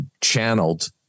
channeled